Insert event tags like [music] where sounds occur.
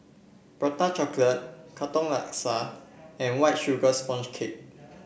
Prata [unintelligible] Katong Laksa and White Sugar Sponge Cake